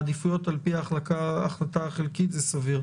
עד תום ההליכים, סליחה.